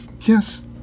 Yes